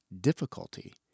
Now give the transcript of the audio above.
difficulty